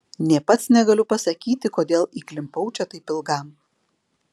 nė pats negaliu pasakyti kodėl įklimpau čia taip ilgam